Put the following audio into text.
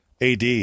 AD